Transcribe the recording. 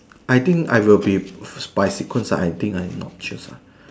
I think I will be by sequence lah I think I not choose lah